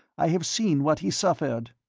i have seen what he suffered.